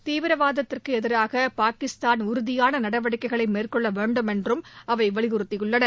தீவிரவாதத்துக்கு எதிராக பாகிஸ்தான் உறுதியான நடவடிக்கைகளை மேற்கொள்ள வேண்டுமென்றும் அவை வலியுறுத்தியுள்ளன